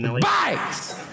bikes